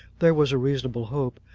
there was a reasonable hope,